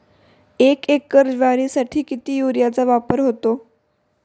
एक एकर ज्वारीसाठी किती युरियाचा वापर होतो?